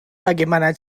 bagaimana